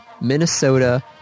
Minnesota